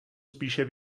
spíše